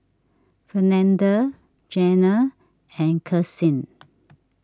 Fernanda Jana and Karsyn